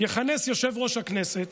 יכנס יושב-ראש הכנסת